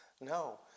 No